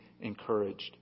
encouraged